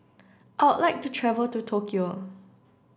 I would like to travel to Tokyo